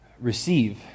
receive